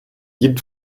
jeden